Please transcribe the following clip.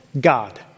God